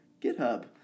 github